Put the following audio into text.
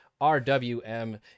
RWM